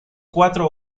cuatro